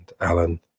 Alan